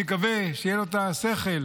אני מקווה שיהיה לו את השכל,